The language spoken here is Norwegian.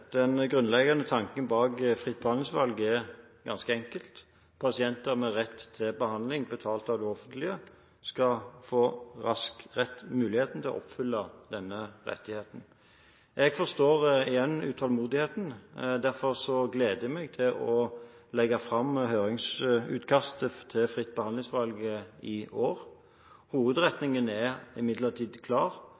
Den grunnleggende tanken bak fritt behandlingsvalg er ganske enkel: Pasienter med rett til behandling betalt av det offentlige, skal raskere få muligheten til å få oppfylt denne rettigheten. Jeg forstår igjen utålmodigheten, derfor gleder jeg meg til å legge fram høringsutkastet til fritt behandlingsvalg i år.